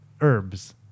Herbs